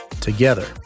Together